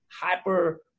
hyper